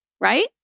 Right